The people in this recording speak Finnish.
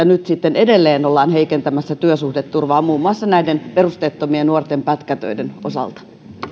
nyt sitten edelleen ollaan heikentämässä työsuhdeturvaa muun muassa näiden nuorten perusteettomien pätkätöiden osalta